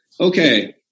Okay